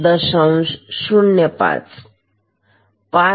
05 5